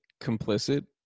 complicit